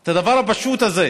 את הדבר הפשוט הזה,